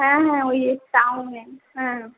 হ্যাঁ হ্যাঁ ওই টাউনে হুঁ